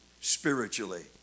spiritually